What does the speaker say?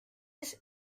his